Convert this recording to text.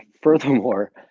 furthermore